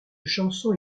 chanson